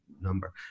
number